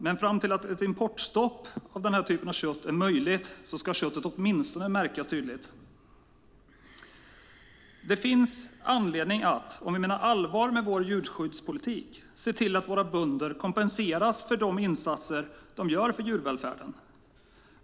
Men fram till att ett importstopp för den här typen av kött är möjligt ska köttet åtminstone märkas tydligt. Om vi menar allvar med vår djurskyddspolitik finns det anledning att se till att våra bönder kompenseras för de insatser de gör för djurvälfärden.